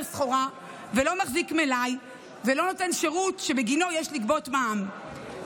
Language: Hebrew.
סחורה ולא מחזיק מלאי ולא נותן שירות שבגינו יש לגבות מע"מ,